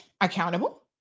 accountable